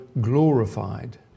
glorified